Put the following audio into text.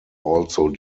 also